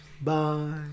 Bye